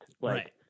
Right